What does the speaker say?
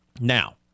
Now